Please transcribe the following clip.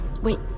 Wait